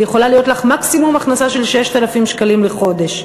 ויכולה להיות לך מקסימום הכנסה של 6,000 שקלים לחודש.